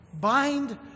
Bind